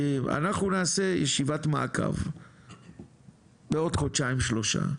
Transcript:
אנחנו נעשה ישיבת מעקב בעוד חודשיים-שלושה,